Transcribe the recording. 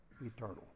eternal